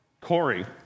Corey